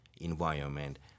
environment